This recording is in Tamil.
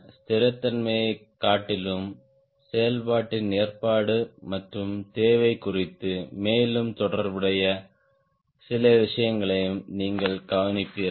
ஸ்திரத்தன்மையைக் காட்டிலும் செயல்பாட்டின் ஏற்பாடு மற்றும் தேவை குறித்து மேலும் தொடர்புடைய சில விஷயங்களையும் நீங்கள் கவனிப்பீர்கள்